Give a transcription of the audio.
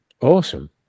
Awesome